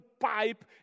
pipe